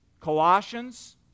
Colossians